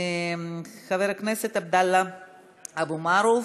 חבר הכנסת עבדאללה אבו מערוף.